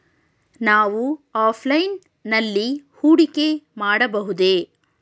ನಾವು ಆಫ್ಲೈನ್ ನಲ್ಲಿ ಹೂಡಿಕೆ ಮಾಡಬಹುದೇ?